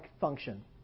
function